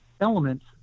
elements